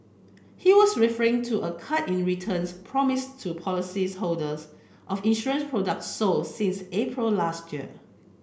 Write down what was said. he was referring to a cut in returns promised to polices holders of insurance product sold since April last year